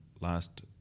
last